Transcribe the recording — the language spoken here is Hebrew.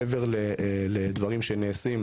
מעבר לדברים שנעשים,